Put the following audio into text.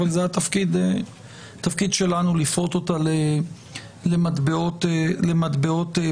אבל זה התפקיד שלנו לפרוט אותה למטבעות ברורים.